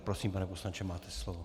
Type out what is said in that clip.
Prosím, pane poslanče, máte slovo.